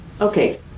Okay